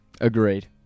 Agreed